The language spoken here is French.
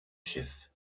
chef